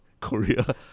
Korea